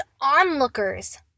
onlookers